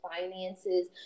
finances